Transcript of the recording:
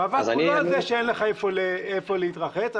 המאבק הוא לא על זה שאין לך היכן להתרחץ אלא